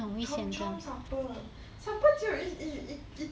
Chomp Chomp supper supper 只有一一一一